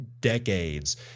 decades